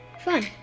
fun